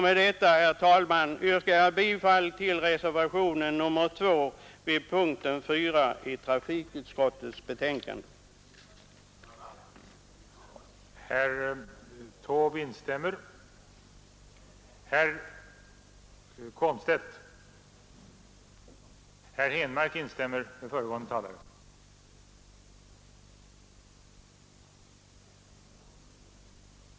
Med detta, herr talman, yrkar jag bifall till reservationen 2 vid punkten 4 i trafikutskottets betänkande nr 2.